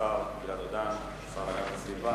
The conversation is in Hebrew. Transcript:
תודה רבה, השר גלעד ארדן, השר להגנת הסביבה.